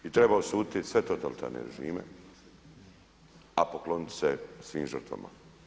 I treba osuditi sve totalitarne režime a pokloniti se svim žrtvama.